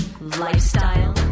lifestyle